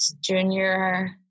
junior